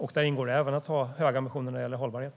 Där ingår även att ha höga ambitioner när det gäller hållbarhet.